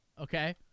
Okay